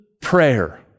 prayer